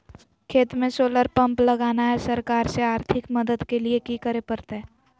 खेत में solar pump लगाना है, सरकार से आर्थिक मदद के लिए की करे परतय?